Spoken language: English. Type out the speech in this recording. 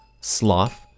sloth